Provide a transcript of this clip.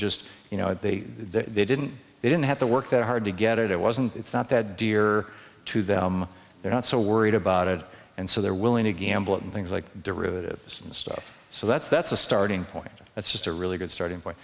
just you know they they didn't they didn't have to work that hard to get it it wasn't it's not that dear to them they're not so worried about it and so they're willing to gamble and things like derivatives and stuff so that's that's a starting point that's just a really good starting point